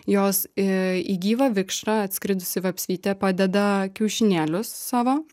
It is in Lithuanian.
jos i į gyvą vikšrą atskridusi vapsvytė padeda kiaušinėlius savo